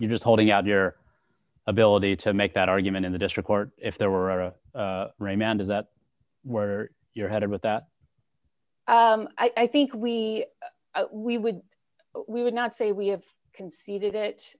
you just holding out your ability to make that argument in the district court if there were a remand is that where you're headed with that i think we we would we would not say we have conceded